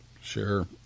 sure